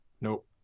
Nope